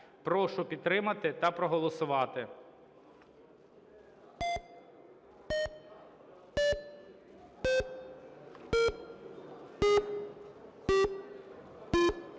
Прошу підтримати та проголосувати.